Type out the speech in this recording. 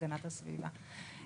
הגנת הסביבה.